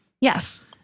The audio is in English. Yes